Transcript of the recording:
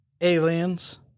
Aliens